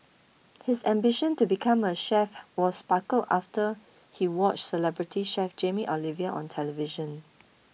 his ambition to become a chef was sparked after he watched celebrity chef Jamie Oliver on television